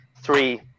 three